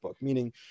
meaning